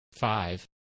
five